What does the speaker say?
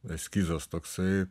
eskizas toksai